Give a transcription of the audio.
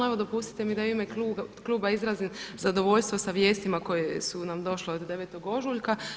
Evo dopustite mi da i u ime kluba izrazim zadovoljstvo sa vijestima koje su nam došle od 9. ožujka.